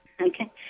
Okay